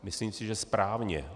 Myslím si, že správně.